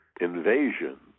invasion